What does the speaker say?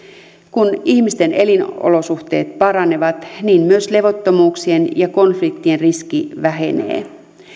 kun ihmisten elinolosuhteet paranevat niin myös levottomuuksien ja konfliktien riski vähenee